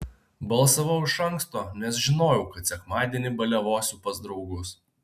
balsavau iš anksto nes žinojau kad sekmadienį baliavosiu pas draugus